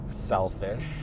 selfish